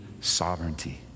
sovereignty